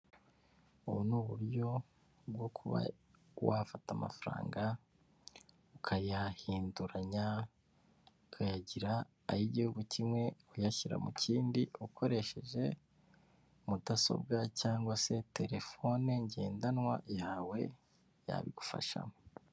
Ubu ni uburyo bwo kuba wafata amafaranga ukayahinduranya ukayagira ay'igihugu kimwe uyashyira mu kindi ukoresheje mudasobwa cyangwa se telefone ngendanwa yawe yabigufashamo.